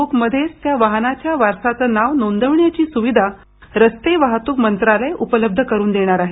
book मध्येच त्या वाहनाच्या वारसाचं नाव नोंदवण्याची सुविधा रस्ते वाहतूक मंत्रालय उपलब्ध करून देणार आहे